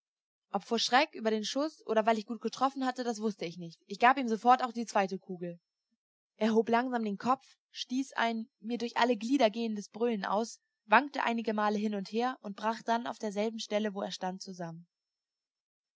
ob vor schreck über den schuß oder weil ich gut getroffen hatte das wußte ich nicht ich gab ihm sofort auch die zweite kugel er hob langsam den kopf stieß ein mir durch alle glieder gehendes brüllen aus wankte einigemal hin und her und brach dann auf derselben stelle wo er stand zusammen